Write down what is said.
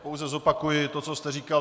Pouze zopakuji to, co jste říkal.